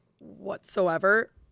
whatsoever